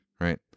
right